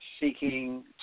seeking